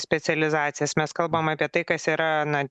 specializacijas mes kalbam apie tai kas yra na